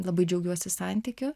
labai džiaugiuosi santykiu